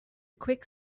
quick